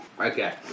Okay